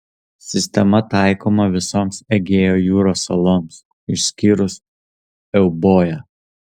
sistema taikoma visoms egėjo jūros saloms išskyrus euboją